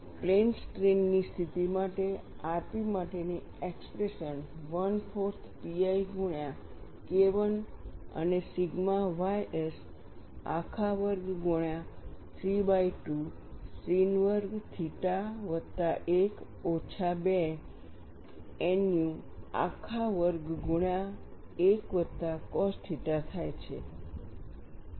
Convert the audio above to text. plane strain ની સ્થિતિ માટે rp માટેની એક્સપ્રેશન 14 pi ગુણ્યા KI અને સિગ્મા ys આખા વર્ગ ગુણ્યા 32 sin વર્ગ થીટા વત્તા 1 ઓછા 2 nu આખા વર્ગ ગુણ્યા 1 વત્તા કોસ થીટા થાય છે